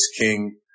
king